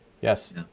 Yes